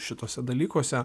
šituose dalykuose